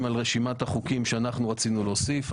על רשימת החוקים שאנחנו רצינו להוסיף.